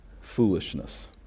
foolishness